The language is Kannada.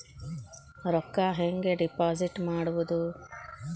ರೊಕ್ಕ ಹೆಂಗೆ ಡಿಪಾಸಿಟ್ ಮಾಡುವುದು?